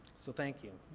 so, thank you.